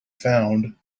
found